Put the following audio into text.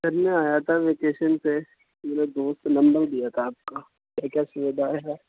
سر میں آیا تھا ویکیشن پہ میرے دوست نے نمبر دیا تھا آپ کا کیا کیا سُویدھا ہے سر